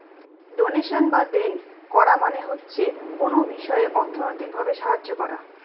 donation বা দেন করা মানে হচ্ছে কোনো বিষয়ে অর্থনৈতিক ভাবে সাহায্য করা